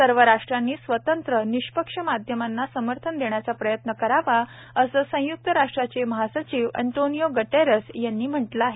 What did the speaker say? सर्वराष्ट्रांनीस्वतंत्र निष्पक्षमाध्यमांनासमर्थनदेण्याचाप्रयत्नकरावा असंसंयक्तराष्ट्रांचे महासचिवअंतोनियोग्टेरसयांनीम्हटलंआहे